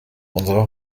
unserer